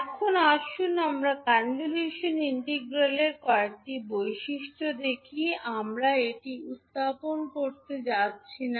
এখন আসুন আমরা কনভলিউশন ইন্টিগ্রালের কয়েকটি বৈশিষ্ট্য দেখি আমরা এটি উত্থাপন করতে যাচ্ছি না